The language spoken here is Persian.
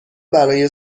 برای